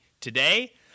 Today